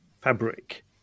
fabric